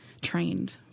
trained